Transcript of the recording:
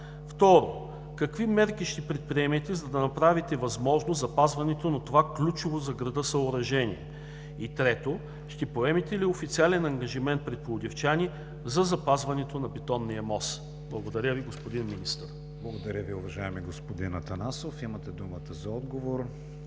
Второ, какви мерки ще предприемете, за да направите възможно запазването на това ключово за града съоръжение? Трето, ще поемете ли официален ангажимент пред пловдивчани за запазването на Бетонния мост? Благодаря Ви, господин Министър. ПРЕДСЕДАТЕЛ КРИСТИАН ВИГЕНИН: Благодаря Ви, уважаеми господин Атанасов. Имате думата за отговор,